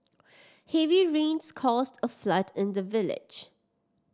heavy rains caused a flood in the village